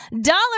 dollar